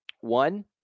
One